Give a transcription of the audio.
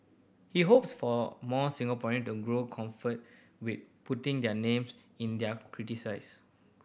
he hopes for more Singaporean to grow comfort with putting their names in their criticise